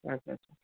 আচ্ছা আচ্ছা